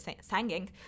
singing